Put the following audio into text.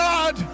God